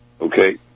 Okay